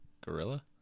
Gorilla